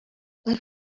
but